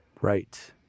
Right